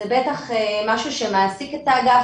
זה בטח משהו שמעסיק את האגף,